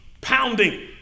pounding